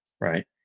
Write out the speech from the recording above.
Right